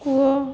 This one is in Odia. କୂଅ